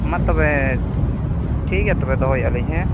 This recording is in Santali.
ᱢᱟ ᱛᱚᱵᱮ ᱴᱷᱤᱠ ᱜᱮᱭᱟ ᱛᱚᱵᱮ ᱫᱚᱦᱚᱭᱮᱫᱼᱟ ᱞᱤᱧ ᱦᱮᱸ